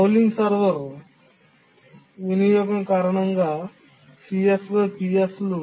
polling server వినియోగం కారణంగా లు